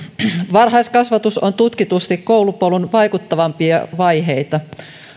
varhaiskasvatus on tutkitusti koulupolun vaikuttavimpia vaiheita